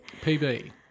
PB